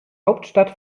hauptstadt